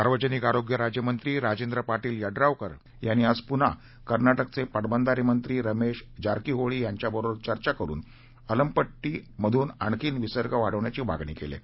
सार्वजनिक आरोग्य राज्यमंत्री राजेंद्र पाटील यड्रावकर यांची आज पुन्हा कर्नाटकचे पाटबंधारे मंत्री रमेश जारकीहोळी यांच्याबरोबर चर्चा करून अलमट्टीतून आणखी विसर्ग वाढवण्याची मागणी केली आहे